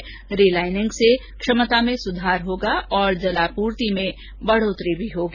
रि लाइनिंग से क्षमता में सुधार होगा और जलापूर्ति में बढ़ोतरी भी होगी